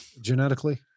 Genetically